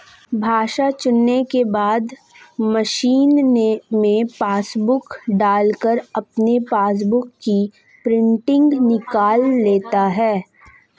भाषा चुनने के बाद मशीन में पासबुक डालकर अपने पासबुक की प्रिंटिंग निकाल लेता है